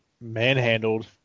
manhandled